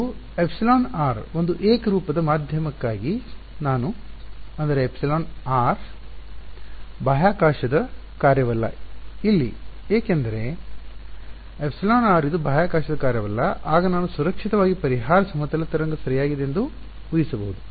ಇಲ್ಲ ಇದು εr ಒಂದು ಏಕರೂಪದ ಮಾಧ್ಯಮಕ್ಕಾಗಿ ನಾನು ಅಂದರೆ ಎಪ್ಸಿಲಾನ್ ಆರ್ ಬಾಹ್ಯಾಕಾಶದ ಕಾರ್ಯವಲ್ಲ ಇಲ್ಲಿ ಏಕೆ ಏಕೆಂದರೆ εr ಇದು ಬಾಹ್ಯಾಕಾಶದ ಕಾರ್ಯವಲ್ಲ ಆಗ ನಾನು ಸುರಕ್ಷಿತವಾಗಿ ಪರಿಹಾರ ಸಮತಲ ತರಂಗ ಸರಿಯಾಗಿದೆ ಎಂದು ಉಹಿಸಬಹುದು